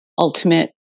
ultimate